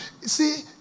See